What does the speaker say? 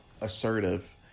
assertive